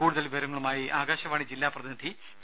കൂടുതൽ വിവരങ്ങളുമായി ആകാശവാണി ജില്ലാ പ്രതിനിധി പി